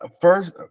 First